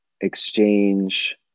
exchange